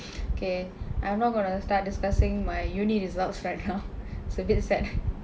okay I'm not gonna start discussing my uni results right now it's a bit sad